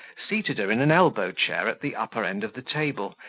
seated her in an elbow-chair at the upper end of the table,